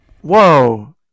Whoa